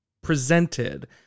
presented